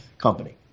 company